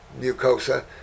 mucosa